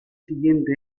siguiente